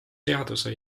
seaduse